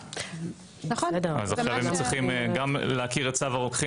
אז הם צריכים גם להכיר גם את צו הרוקחים